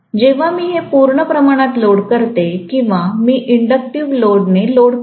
जेव्हा मी हे पूर्ण प्रमाणात लोड करते किंवा मी इंडक्टीव्ह लोड ने लोड करते